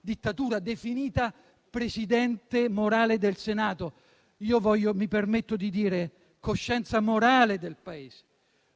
dittatura, definita "Presidente morale" del Senato, ma che io penso si possa e si debba dire "coscienza morale" del Paese.